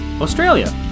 australia